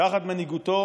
תחת מנהיגותו